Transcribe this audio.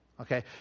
okay